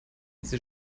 diese